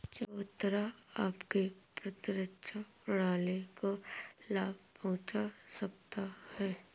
चकोतरा आपकी प्रतिरक्षा प्रणाली को लाभ पहुंचा सकता है